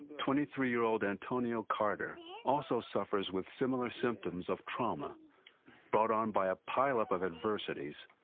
twenty three year old antonio carter also suffers with similar symptoms of trauma brought on by a pile-up of adversities.